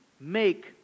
make